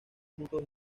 juntos